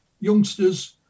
youngsters